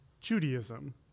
Judaism